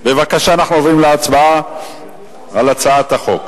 בבקשה, אנחנו עוברים להצבעה על הצעת החוק.